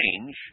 change